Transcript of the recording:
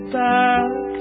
back